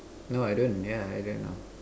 no I don't yeah I don't know